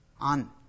On